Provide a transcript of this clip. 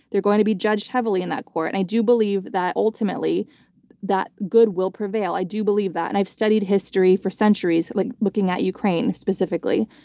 they're going to be judged heavily in that court. and i do believe that ultimately that good will prevail. i do believe that. and i've studied history for centuries, like looking at ukraine specifically.